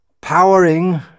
powering